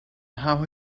how